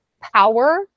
power